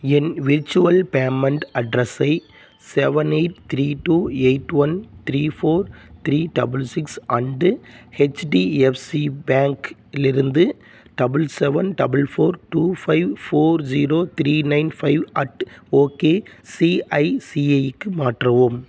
என் virtual payment அட்ரஸை seven eight three two eight one three four three double six and HDFC பேங்க்லிருந்து double seven double four two five four zero three nine five at okay சிஐசிஐக்கு மாற்றவும்